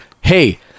hey-